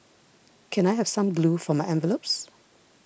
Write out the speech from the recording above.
can I have some glue for my envelopes